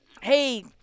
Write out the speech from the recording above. hey –